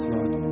Lord